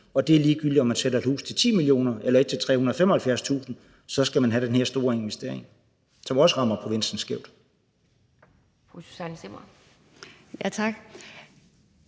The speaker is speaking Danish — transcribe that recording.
og hvor man, ligegyldigt om man sælger et hus til 10 mio. kr. eller et til 375.000 kr., så skal have den her store investering, som også rammer provinsen skævt.